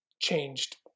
changed